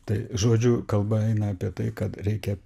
tai žodžiu kalba eina apie tai kad reikia